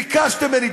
ביקשתם ממני,